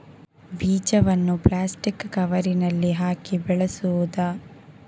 ಬೀಜವನ್ನು ಪ್ಲಾಸ್ಟಿಕ್ ಕವರಿನಲ್ಲಿ ಹಾಕಿ ಬೆಳೆಸುವುದಾ?